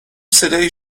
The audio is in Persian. صدایی